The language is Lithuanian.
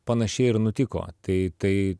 panašiai ir nutiko tai tai